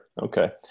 Okay